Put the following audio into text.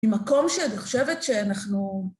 במקום שאני חושבת שאנחנו